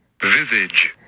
Visage